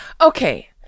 Okay